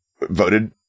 voted